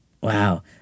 Wow